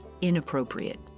Inappropriate